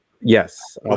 Yes